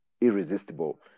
irresistible